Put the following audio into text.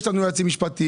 יש לנו יועצים משפטיים,